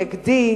נגדי"